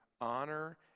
honor